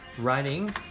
writing